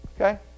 Okay